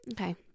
okay